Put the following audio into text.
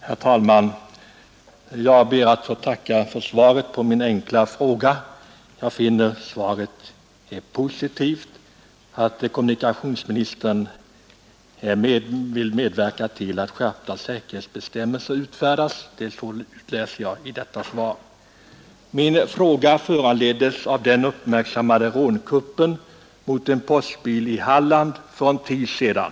Herr talman! Jag ber att få tacka kommunikationsministern för svaret på min enkla fråga. Jag finner att svaret är positivt. Jag utläser ur det att kommunikationsministern vill medverka till att skärpta säkerhetsbestämmelser utfärdas. Min fråga föranleddes av den uppmärksammade rånkuppen mot en postbil i Halland för en tid sedan.